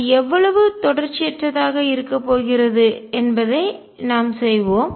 அது எவ்வளவு தொடர்ச்சியற்றதாக இருக்க போகிறது என்பதை நாம் செய்வோம்